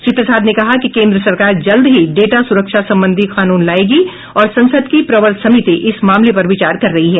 श्री प्रसाद ने कहा कि केन्द्र सरकार जल्द ही डेटा सुरक्षा संबंधी कानून लाएगी और संसद की प्रवर समिति इस मामले पर विचार कर रही है